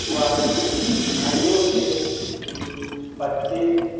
वह अंडों से ही बच्चे